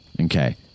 Okay